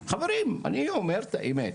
חברים, אני אומר את האמת,